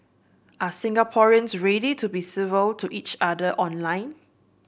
are Singaporeans ready to be civil to each other online